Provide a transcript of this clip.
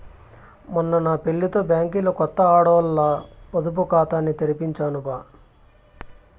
మొన్న నా పెళ్లితో బ్యాంకిలో కొత్త ఆడోల్ల పొదుపు కాతాని తెరిపించినాను బా